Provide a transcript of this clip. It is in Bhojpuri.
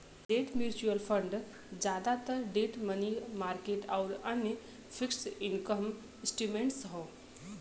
डेट म्यूचुअल फंड जादातर डेट मनी मार्केट आउर अन्य फिक्स्ड इनकम इंस्ट्रूमेंट्स हौ